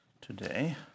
today